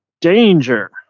Danger